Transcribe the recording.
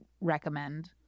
recommend